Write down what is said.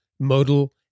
modal